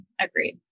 agreed